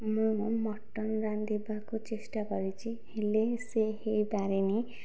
ମୁଁ ମଟନ ରାନ୍ଧିବାକୁ ଚେଷ୍ଟା କରିଛି ହେଲେ ସେ ହୋଇପାରି ନାହିଁ